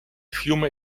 fiume